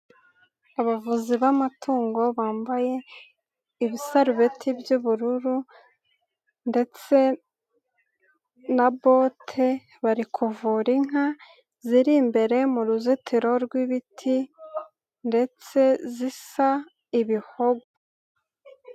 Abavuzi b'amatungo bambaye ibisarubeti by'ubururu ndetse na bote, bari kuvura inka ziri imbere mu ruzitiro rw'ibiti, ndetse zisa ibihogo.